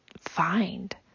find